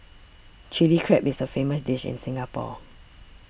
Chilli Crab is a famous dish in Singapore